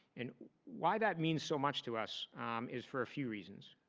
and why that means so much to us is for a few reasons.